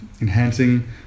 enhancing